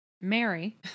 Mary